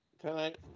tonight